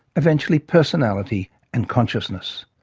eventually personality and consciousness.